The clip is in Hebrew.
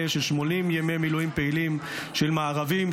של 80 ימי מילואים פעילים של מארבים,